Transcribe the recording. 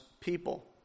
people